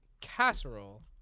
casserole